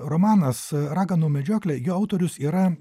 romanas raganų medžioklė jo autorius yra